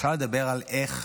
אפשר לדבר על איך,